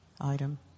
item